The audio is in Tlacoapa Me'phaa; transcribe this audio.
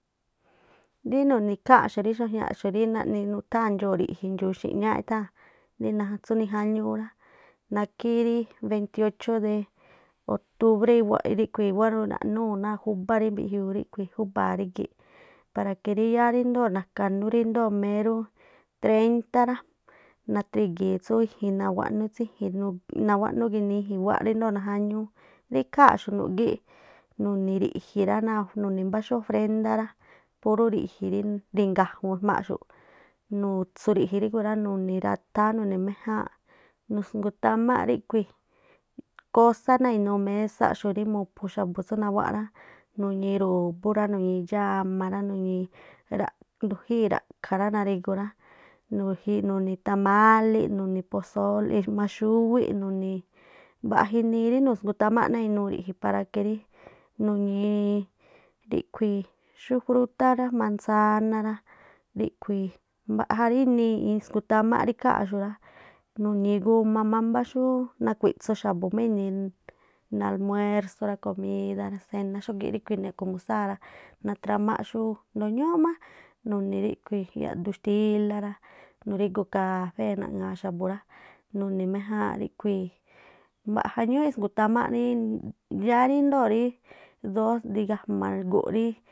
Rí nu̱ni̱ ikháa̱nꞌxu̱ rí naꞌni nutháa̱n ndxoo̱ ri̱ꞌji̱, ndxuu̱ xi̱ꞌñááꞌ itháa̱n rí tsú nijáñuú ra, nákhí ríí beitiochó de oktubré iwáꞌ ríꞌkhui̱ iwáꞌ ruraꞌnuu̱ náa júbá rí mbiꞌjiuu júbaa̱ rígi̱ꞌ para que yáá ríndoo̱ nakanú ríndoo̱ rí merú treíntá rá, nathrigii̱n tsú iji̱n nawáꞌnú nawáꞌnú tsú i̱ji̱n nuuꞌ, nawáꞌnú ginii i̱ji̱n ríndoo̱ najáñúú. Rí ikháa̱nxu̱ꞌ nuni̱ riꞌ̱ji̱ rá náa̱ nuni̱xú mbá ofrendá rá purú ri̱ji̱ ringa̱jun ejmaaꞌxu̱, nutsu̱ ri̱ꞌji̱ ríkhui̱ rá nuni̱rathááꞌ nini̱ méjáánꞌ, nusgutamáꞌ kósá náa̱ inuu mésáꞌxu̱ꞌ rí mu̱phu̱ xa̱bu̱ rsú nawáꞌ rá, nuñii̱ ru̱bú rá, nuñii̱ dxáma rá, nuñii̱ ra̱ꞌ ndujíi̱ ra̱ꞌkha̱ rá nari̱gu rá, nuni̱ tamálí, nuni̱ posólí jmaxúwíꞌ, nuni̱i̱ mbaꞌja inii rí nusgutámáꞌ náa̱ inuu ri̱ꞌji̱ para que rí nuñii ríꞌkhui̱ xú frutá rá manzaná rá ríꞌkhuii mbaꞌja nii rí niisgutámáꞌ rí ikháa̱nꞌxu̱ rá. Nuñiiꞌ guma mámbá xúú nakuitsu xa̱bu̱ má i̱nini náa̱ almuérzó rá ná̱a komidá rá, sená rá, xógíꞌ ríꞌkhui̱ nakho̱musáa̱ rá, natramáꞌ xú ndoo ñúúꞌ má nuni̱ ríꞌkhui̱ yaꞌdu xtílá rá, nurígu kafé naꞌŋa̱a̱ xa̱bu̱ rá, nuni̱ méjáánꞌ ríkhuii mbaꞌja ñúúꞌ isngutámá ríí yáá ríndoo̱ rí dos rigajma̱ gu̱nꞌ rí.